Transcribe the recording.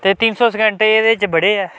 ते तिन्न सौ घैंटे एह्दे च बड़े ऐ